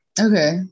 Okay